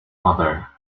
mother